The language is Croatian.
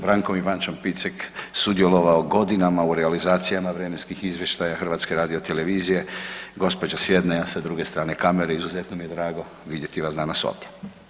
Brankom Ivančan Picek sudjelovao godinama u realizacijama vremenskih izvještaja HRT-a, gospođa s jedne a sa druge strane kamere, izuzetno mi je drago vidjet vas danas ovdje.